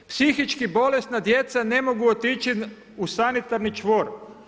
Psihički bolesna djeca ne mogu otići u sanitarni čvor.